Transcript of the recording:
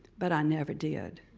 but i never did.